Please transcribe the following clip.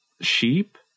sheep